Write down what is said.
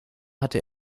hatte